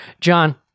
John